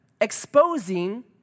exposing